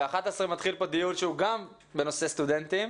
ב-11:00 מתחיל פה דיון שהוא גם בנושא סטודנטים,